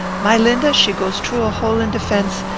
my linda she goes troo a hole in de fence,